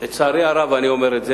לצערי הרב אני אומר את זה,